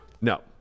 No